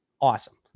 awesome